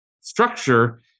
structure